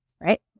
right